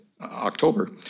October